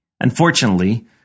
Unfortunately